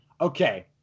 okay